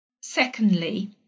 secondly